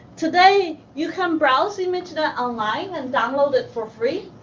today, you can browse imagenet online and download it for free.